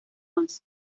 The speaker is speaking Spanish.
más